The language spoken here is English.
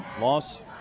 Loss